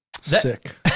Sick